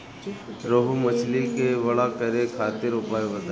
रोहु मछली के बड़ा करे खातिर उपाय बताईं?